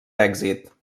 èxit